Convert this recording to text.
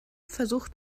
versucht